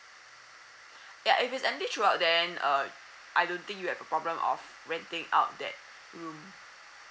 ya if it's empty throughout then uh I don't think you have a problem of renting out that room